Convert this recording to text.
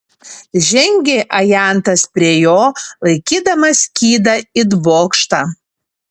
žengė ajantas prie jo laikydamas skydą it bokštą